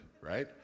right